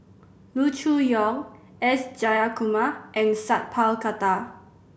Loo Choon Yong S Jayakumar and Sat Pal Khattar